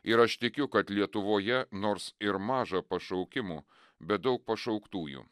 ir aš tikiu kad lietuvoje nors ir maža pašaukimų bet daug pašauktųjų